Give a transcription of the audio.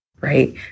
right